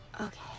Okay